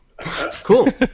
Cool